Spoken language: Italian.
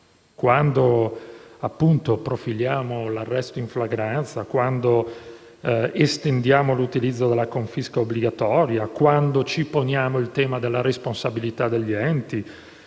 Quando profiliamo l'arresto in flagranza o estendiamo l'utilizzo della confisca obbligatoria, oppure quando ci poniamo il tema della responsabilità degli enti